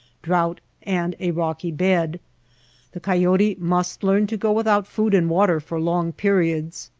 drouth, and a rocky bed the coyote must learn to go without food and water for long periods.